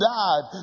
died